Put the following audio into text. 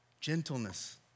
gentleness